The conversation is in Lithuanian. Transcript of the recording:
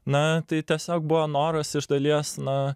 na tai tiesiog buvo noras iš dalies na